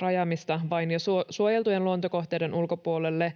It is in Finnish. rajaamista vain jo suojeltujen luontokohteiden ulkopuolelle.